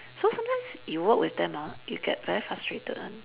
so sometimes you work with them ah you get very frustrated [one]